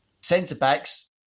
centre-backs